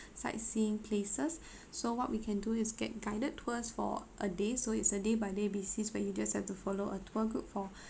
sightseeing places so what we can do is get guided tours for a day so it's a day by day basis but you just have to follow a tour group for